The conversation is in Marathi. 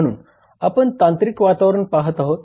म्हणून आपण तांत्रिक वातावरण पाहत आहोत